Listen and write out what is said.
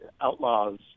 outlaws